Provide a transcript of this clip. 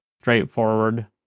straightforward